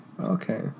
Okay